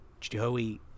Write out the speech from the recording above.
Joey